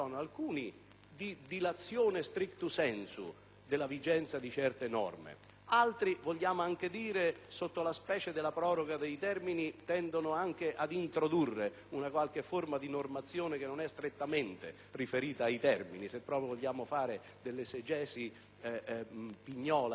di dilazione, *strictu sensu*, della vigenza di certe norme, altri, invece, sotto l'aspetto della proroga dei termini, tendono anche ad introdurre una qualche forma di normazione che non è strettamente riferita ai termini, se proprio vogliamo fare dell'esegesi pignola e critica.